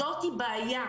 זאת בעיה,